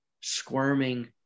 squirming